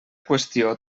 qüestió